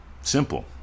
Simple